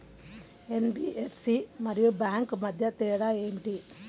NBFC మరియు bank మధ్య తేడా ఏమిటి?